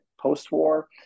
post-war